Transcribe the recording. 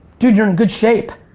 dude you're in good shape.